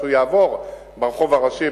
הוא יעבור ברחוב הראשי,